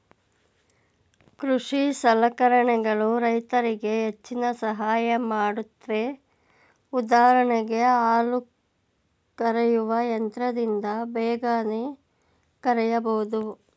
ಕೃಷಿ ಸಲಕರಣೆಗಳು ರೈತರಿಗೆ ಹೆಚ್ಚಿನ ಸಹಾಯ ಮಾಡುತ್ವೆ ಉದಾಹರಣೆಗೆ ಹಾಲು ಕರೆಯುವ ಯಂತ್ರದಿಂದ ಬೇಗನೆ ಕರೆಯಬೋದು